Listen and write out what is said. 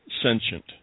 sentient